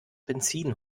benzin